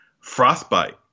frostbite